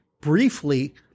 briefly